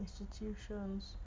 institutions